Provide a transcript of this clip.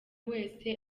wese